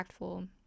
impactful